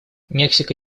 мексика